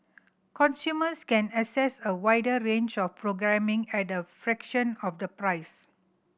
consumers can access a wider range of programming at a fraction of the price